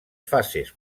fases